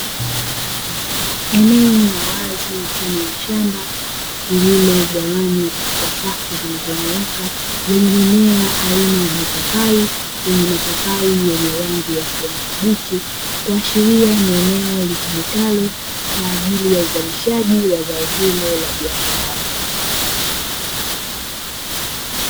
Eneo la wazi mfano wa shamba lililo gawanywa katika safu zilizonyoka lenye mimea aina ya mipapai, yenye mapapai yenye rangi ya kijani kibichi kuashiria ni eneo litumikalo kwa ajili ya uzalishaji wa zao hilo la biashara.